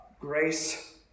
grace